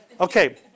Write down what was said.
Okay